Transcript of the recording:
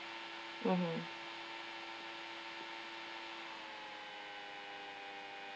mmhmm